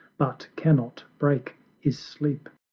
but cannot break his sleep.